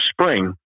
spring